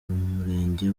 murenge